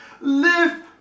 live